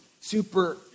super